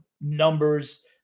numbers